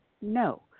no